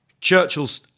Churchill's